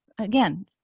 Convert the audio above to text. Again